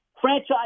franchise